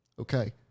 Okay